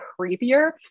creepier